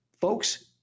Folks